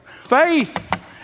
Faith